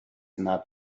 not